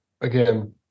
again